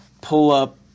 pull-up